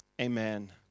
Amen